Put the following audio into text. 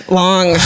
long